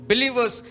Believers